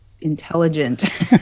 intelligent